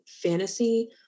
fantasy